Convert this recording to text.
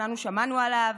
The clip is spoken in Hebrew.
כולנו שמענו עליו,